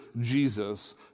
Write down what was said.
Jesus